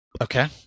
Okay